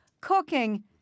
cooking